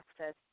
access